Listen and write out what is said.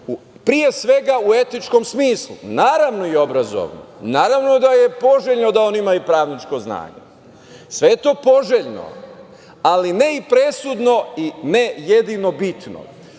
ličnosti u etičkom smislu, naravno i obrazovnom. Naravno da je poželjno da oni imaju pravničko znanje. Sve je to poželjno, ali ne i presudno i ne jedino